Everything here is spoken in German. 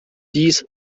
dies